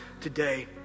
today